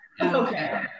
Okay